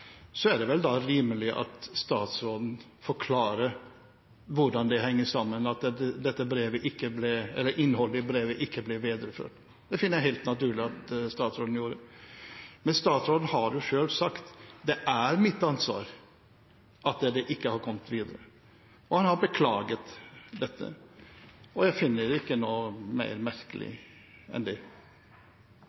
er det vel rimelig at statsråden forklarer hvordan det henger sammen, at innholdet i brevet ikke ble videreført. Det finner jeg helt naturlig at statsråden gjorde. Men statsråden har jo selv sagt: Det er mitt ansvar at dette ikke har kommet videre. Og han har beklaget dette. Jeg finner det ikke noe mer merkelig enn det.